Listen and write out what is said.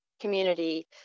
community